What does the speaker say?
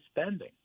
spending